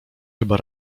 chyba